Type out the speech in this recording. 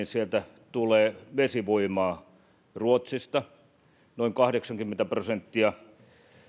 sieltä tulee vesivoimaa ruotsista noin kahdeksankymmentä prosenttia